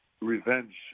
revenge